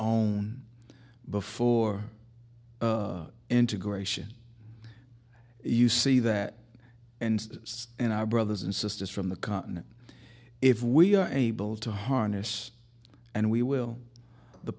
own before integration you see that and and i brothers and sisters from the continent if we are able to harness and we will the